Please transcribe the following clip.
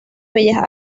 bellas